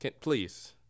Please